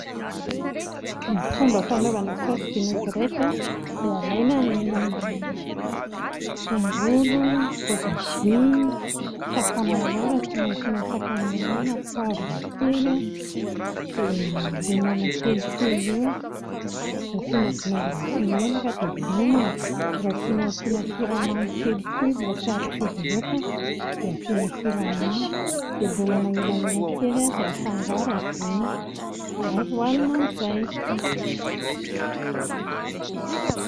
Ny fomba fanaovana saosy vinaigrette a alaina ny tongolo, ny voatabia, sakamalaho rahatianao asiana sakamalaho na poavra kely a, dia lomana kelikely eo dia asiana vinaigre sy menaka dia lomana, raha tianao ampiana siramamy kely loa izy mba tsy harikivy loatra dia ampiana siramamy, dia lomana elaela kely dia afangaro avy eo dia azo hohanina amin'izay